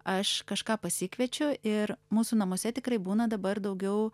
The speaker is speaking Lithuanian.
aš kažką pasikviečiu ir mūsų namuose tikrai būna dabar daugiau